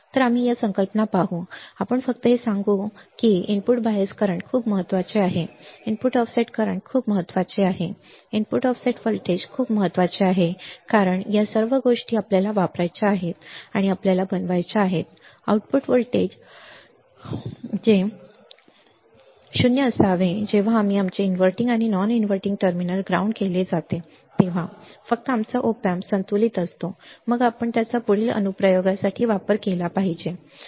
तर आम्ही या संकल्पना पाहू आपण फक्त हे सांगू की इनपुट बायस करंट खूप महत्वाचे आहे इनपुट ऑफसेट करंट खूप महत्वाचे आहे इनपुट ऑफसेट व्होल्टेज खूप महत्वाचे आहे कारण या सर्व गोष्टी आपल्याला वापरायच्या आहेत आणि आपल्याला बनवायच्या आहेत आउटपुट व्होल्टेज शिल्लक जे आउटपुट व्होल्टेज आहे ते 0 असावे जेव्हा आम्ही आमचे इनव्हर्टिंग आणि नॉन इनव्हर्टिंग टर्मिनल ग्राउंड केले जातात तेव्हा फक्त आमचा ऑप एम्प संतुलित असतो मग आपण त्याचा पुढील अनुप्रयोगासाठी वापर केला पाहिजे बरोबर